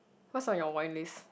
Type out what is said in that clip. what's on your wine list